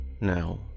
Now